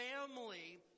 family